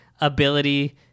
ability